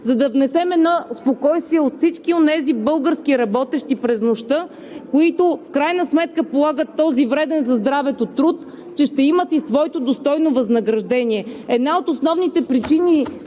за да внесем едно спокойствие у всички онези българи, работещи през нощта, които в крайна сметка полагат този вреден за здравето труд, че ще имат своето достойно възнаграждение. Една от основните причини